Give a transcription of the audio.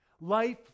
Life